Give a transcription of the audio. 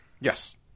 Yes